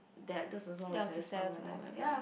that this is one of the saddest part of my life but ya